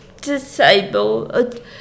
disabled